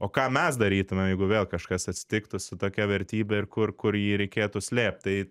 o ką mes darytume jeigu vėl kažkas atsitiktų su tokia vertybe ir kur kur jį reikėtų slėpt tai